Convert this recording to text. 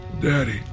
Daddy